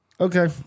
Okay